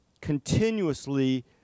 continuously